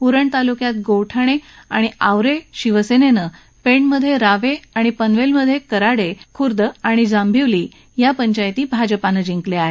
उरण तालुक्यातल्या गोवठणे आणि आवरे शिवसेनेनं पेणमधील रावे पनवेलमधील कराडे खुर्द आणि जांभिवली या पंचायती भाजपानं जिंकल्या आहेत